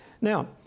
Now